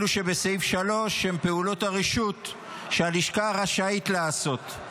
אלו שבסעיף 3 הן פעולות הרשות שהלשכה רשאית לעשות.